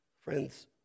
Friends